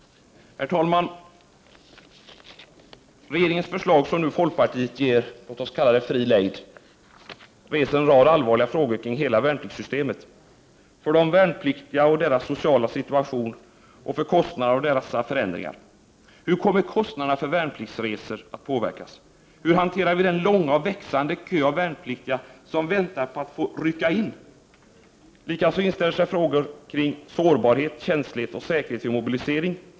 Herr talman! Regeringens förslag, som folkpartiet nu ger fri lejd, reser en rad allvarliga frågor kring hela värnpliktssystemet, kring de värnpliktiga och deras sociala situation och kring kostnaderna för dessa förändringar. Hur kommer kostnaderna för värnpliktsresor att påverkas? Hur hanterar vi den långa och växande kö av värnpliktiga som väntar på att få rycka in? Likaså inställer sig frågor kring sårbarhet, känslighet och säkerhet vid mobilisering.